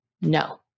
no